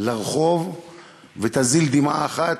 לרחוב ותזיל דמעה אחת,